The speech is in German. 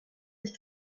sich